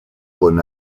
con